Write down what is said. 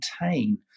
maintain